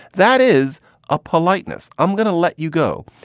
that is a politeness. i'm going to let you go,